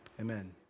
amen